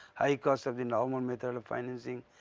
high cross of the normal method of financing.